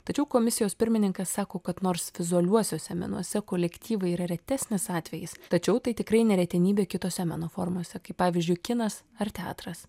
tačiau komisijos pirmininkas sako kad nors vizualiuosiuose menuose kolektyvai yra retesnis atvejis tačiau tai tikrai ne retenybė kitose meno formose kaip pavyzdžiui kinas ar teatras